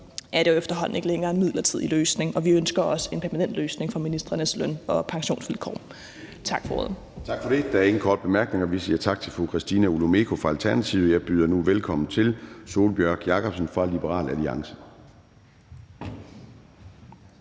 er det jo efterhånden ikke længere en midlertidig løsning, og vi ønsker også en permanent løsning for ministrenes løn- og pensionsvilkår. Tak for ordet. Kl. 10:15 Formanden (Søren Gade): Tak for det. Der er ingen korte bemærkninger, så vi siger tak til fru Christina Olumeko fra Alternativet. Og jeg byder nu velkommen til fru Sólbjørg Jakobsen fra Liberal Alliance.